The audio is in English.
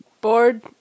bored